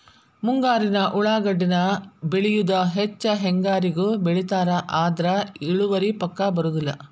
ಮುಂಗಾರಿಗೆ ಉಳಾಗಡ್ಡಿನ ಬೆಳಿಯುದ ಹೆಚ್ಚ ಹೆಂಗಾರಿಗೂ ಬೆಳಿತಾರ ಆದ್ರ ಇಳುವರಿ ಪಕ್ಕಾ ಬರುದಿಲ್ಲ